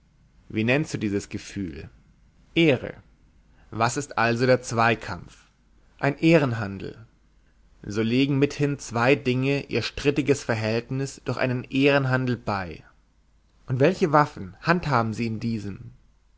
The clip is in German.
wie nennst du dieses gefühl ehre was ist also der zweikampf ein ehrenhandel so legen mithin zwei dinge ihr strittiges verhältnis durch einen ehrenhandel bei und welche waffen handhaben sie in diesem